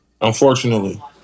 Unfortunately